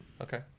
Okay